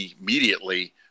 immediately